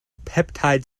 peptide